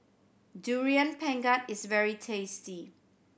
Durian Pengat is very tasty